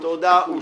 הצבעה בעד,